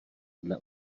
dle